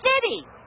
city